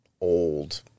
old